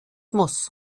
muss